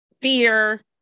fear